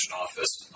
office